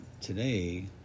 today